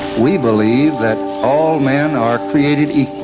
we believe that all men are created equal,